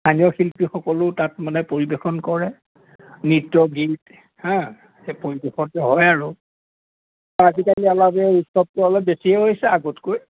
স্থানীয় শিল্পীসকলেও তাত মানে পৰিৱেশন কৰে নৃত্য গীত হয় সেই পৰিৱেশতে হয় আৰু আজিকালি উৎসৱটো অলপ বেছিয়ে হৈছে আগতকৈ